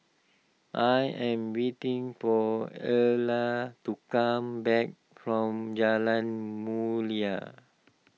I am waiting for Erla to come back from Jalan Mulia